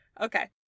Okay